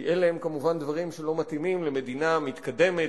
כי אלו כמובן דברים שלא מתאימים למדינה מתקדמת,